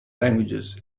languages